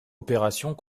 opérations